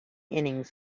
innings